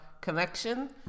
connection